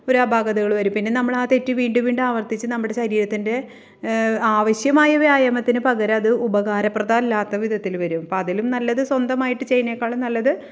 ഒരു അപാകതകൾ വരും പിന്നെ നമ്മൾ ആ തെറ്റ് വീണ്ടും വീണ്ടും ആവർത്തിച്ച് നമ്മുടെ ശരീരത്തിൻ്റെ ആവശ്യമായ വ്യായാമത്തിന് പകരം അത് ഉപകാരപ്രദമല്ലാത്ത വിധത്തിൽ വരും അപ്പോൾ അതിലും നല്ലത് സ്വന്തമായിട്ട് ചെയ്യുന്നതിനേക്കാളും നല്ലത്